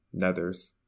Nethers